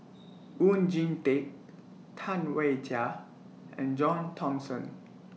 Oon Jin Teik Tam Wai Jia and John Thomson